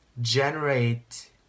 generate